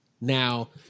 now